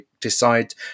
decide